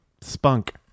spunk